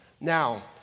Now